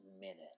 Minute